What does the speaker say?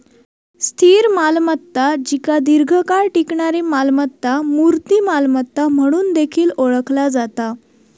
स्थिर मालमत्ता जिका दीर्घकाळ टिकणारी मालमत्ता, मूर्त मालमत्ता म्हणून देखील ओळखला जाता